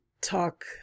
talk